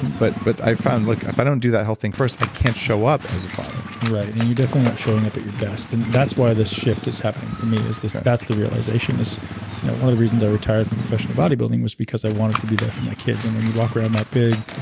but but i found look, if i don't do that health thing first, i can't show up as a father right, and you're definitely not showing up at your best. and that's why this shift is happening for me is that's the realization is one of the reasons i retired from professional bodybuilding was because i wanted to be there for my kids. and when you walk around that big,